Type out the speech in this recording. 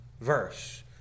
Verse